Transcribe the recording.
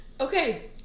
Okay